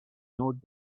north